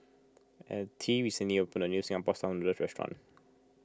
Altie recently opened a new Singapore Style Noodles restaurant